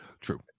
True